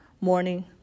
morning